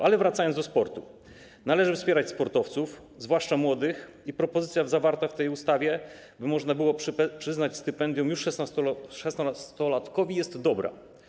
Ale wracając do sportu: należy wspierać sportowców, zwłaszcza młodych, i propozycja zawarta w tej ustawie, by można było przyznać stypendium już 16-latkowi, jest dobra.